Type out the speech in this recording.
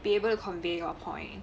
be able to convey your point